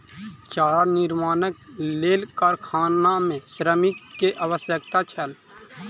चारा निर्माणक लेल कारखाना मे श्रमिक के आवश्यकता छल